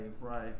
right